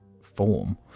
form